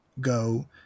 go